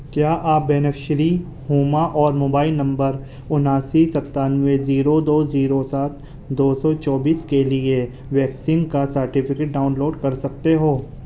کیا آپ بینیفشیلی ہما اور موبائل نمبر اناسی ستانوے زیرو دو زیرو سات دو سو چوبیس کے لیے ویکسین کا سرٹیفکیٹ ڈاؤن لوڈ کر سکتے ہو